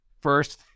first